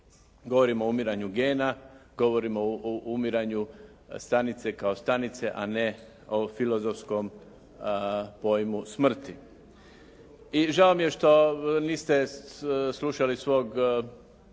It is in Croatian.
govorimo o umiranju gena, govorimo o umiranju stanice kao stanice a ne o filozofskom pojmu smrti. I žao mi je što niste slušali svog